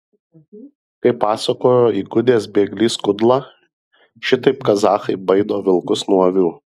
kaip pasakojo įgudęs bėglys kudla šitaip kazachai baido vilkus nuo avių